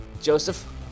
joseph